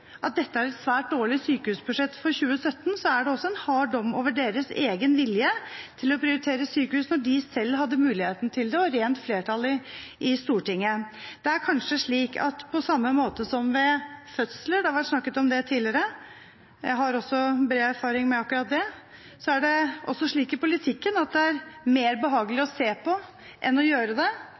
at dette er et svært dårlig sykehusbudsjett for 2017, er det også en hard dom over deres egen vilje til å prioritere sykehus da de selv hadde muligheten til det og rent flertall i Stortinget. Det er kanskje slik at på samme måte som ved fødsler – det har vært snakket om det tidligere, jeg har også bred erfaring med akkurat det – så er det også slik i politikken at det er mer behagelig å se på enn å gjøre det.